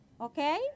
Okay